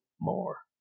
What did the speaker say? more